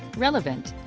relevant.